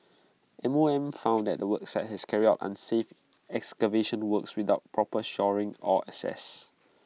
M O M found out that the work site had carried out unsafe excavation works without proper shoring or access